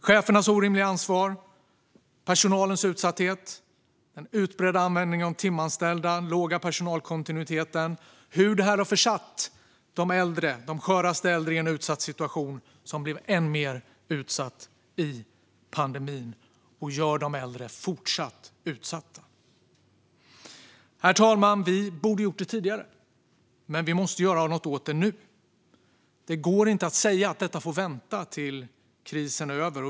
Chefernas orimliga ansvar, personalens utsatthet, en utbredd användning av timanställda och en låg personalkontinuitet har försatt de sköraste äldre i en utsatt situation. Den blev än mer utsatt i pandemin, och de äldre är fortfarande utsatta. Herr talman! Vi borde ha gjort något åt detta tidigare, men vi måste göra det nu. Det går inte att säga att detta får vänta tills krisen är över.